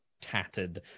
tattered